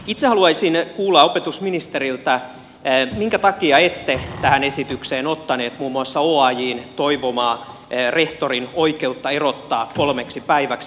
itse haluaisin kuulla opetusministeriltä minkä takia ette tähän esitykseen ottanut muun muassa oajn toivomaa rehtorin oikeutta erottaa kolmeksi päiväksi